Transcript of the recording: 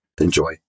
Enjoy